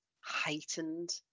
heightened